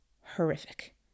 horrific